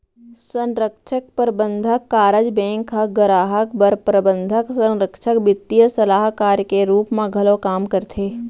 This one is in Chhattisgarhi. संरक्छक, परबंधक, कारज बेंक ह गराहक बर प्रबंधक, संरक्छक, बित्तीय सलाहकार के रूप म घलौ काम करथे